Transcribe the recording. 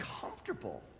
comfortable